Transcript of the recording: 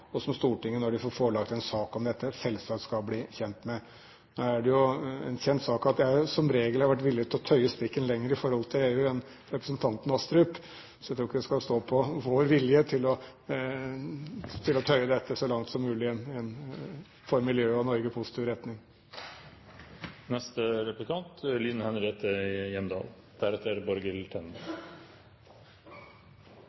og som Stortinget når de får forelagt en sak om det, selvsagt skal bli gjort kjent med. Nå er det jo en kjent sak at jeg som regel har vært villig til å tøye strikken lenger i forhold til EU enn representanten Astrup, så jeg tror ikke det skal stå på vår vilje til å tøye dette så langt som mulig for miljøet og Norge i positiv retning.